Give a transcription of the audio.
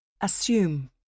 Assume